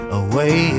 away